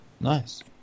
nice